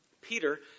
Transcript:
Peter